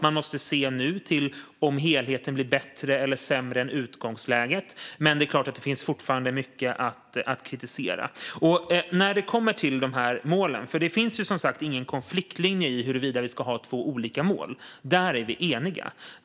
Man måste nu se om helheten blir bättre eller sämre än utgångsläget, men det är klart att det fortfarande finns mycket att kritisera. Sedan gäller det målen. Det finns som sagt ingen konfliktlinje i fråga om huruvida vi ska ha två olika mål. Där är vi eniga.